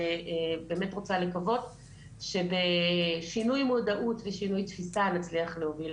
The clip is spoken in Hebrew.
ובאמת רוצה לקוות שבשינוי מודעות ושינוי תפיסה נצליח להוביל